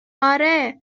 آره